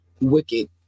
wicked